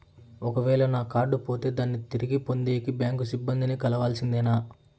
ఒక వేల నా కార్డు పోతే దాన్ని తిరిగి పొందేకి, బ్యాంకు సిబ్బంది ని కలవాల్సిందేనా?